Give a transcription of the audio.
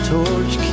Torch